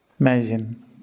Imagine